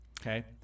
okay